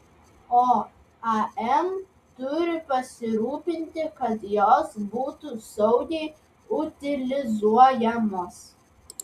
o am turi pasirūpinti kad jos būtų saugiai utilizuojamos